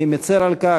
אני מצר על כך,